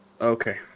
Okay